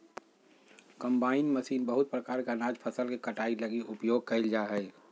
combine machine बहुत प्रकार के अनाज फसल के कटाई लगी उपयोग कयल जा हइ